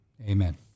Amen